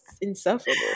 insufferable